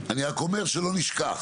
אני רק אומר שלא נשכח.